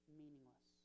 meaningless